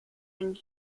and